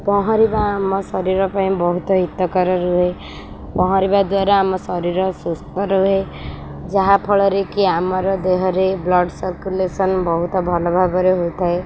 ପହଁରିବା ଆମ ଶରୀର ପାଇଁ ବହୁତ ହିତକାର ରୁହେ ପହଁରିବା ଦ୍ୱାରା ଆମ ଶରୀର ସୁସ୍ଥ ରୁହେ ଯାହାଫଳରେ କି ଆମର ଦେହରେ ବ୍ଲଡ଼ ସର୍କୁଲେସନ ବହୁତ ଭଲ ଭାବରେ ହୋଇଥାଏ